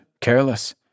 careless